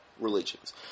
religions